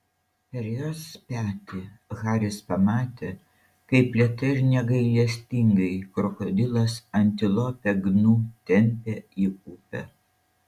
per jos petį haris pamatė kaip lėtai ir negailestingai krokodilas antilopę gnu tempia į upę